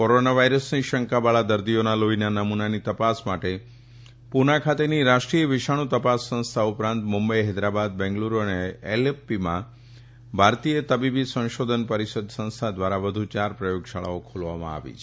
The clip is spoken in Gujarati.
કોરોના વાયરસની શંકાવાળા દર્દીઓના લોફીના નમૂનાની તપાસ માટે પુના ખાતેની રાષ્ટ્રીય વિષાણુ તપાસ સંસ્થા ઉપરાંત મુંબઈ હૈદરાબાદ બેંગ્લુરુ અને એલેપ્થીમાં ભારતીય તબીબી સંશોધન પરિષદ સંસ્થા દ્વારા વધુ યાર પ્રયોગશાળાઓ ખોલવામાં આવી છે